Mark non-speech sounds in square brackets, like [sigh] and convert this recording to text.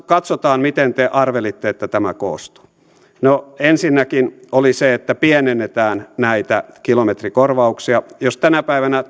katsotaan miten te arvelitte että tämä koostuu ensinnäkin oli se että pienennetään näitä kilometrikorvauksia kun tänä päivänä [unintelligible]